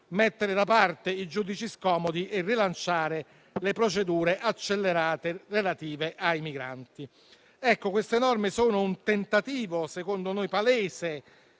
mettere da parte i giudici scomodi e rilanciare le procedure accelerate relative ai migranti. Queste norme sono un tentativo - secondo noi palese